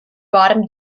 bottom